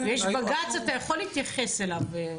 אם יש בג"ץ אתה יכול להתייחס אליו.